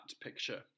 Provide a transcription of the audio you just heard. picture